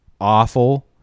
awful